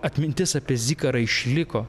atmintis apie zikarą išliko